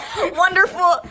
wonderful